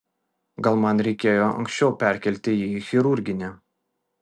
gal man reikėjo anksčiau perkelti jį į chirurginį